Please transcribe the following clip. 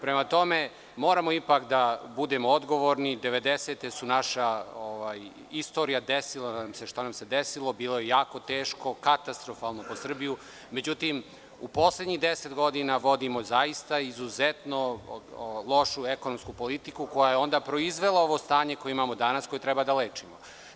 Prema tome, moramo ipak da budemo odgovorni, 90-te su naša istorija, desilo nam se šta nam se desilo, bilo je jako teško, katastrofalno po Srbiju, međutim, u poslednjih 10 godina vodimo zaista izuzetno lošu ekonomsku politiku koja je onda proizvela ovo stanje koje imamo danas i koje treba da lečimo.